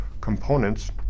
components